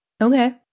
Okay